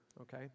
Okay